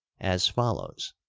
as follows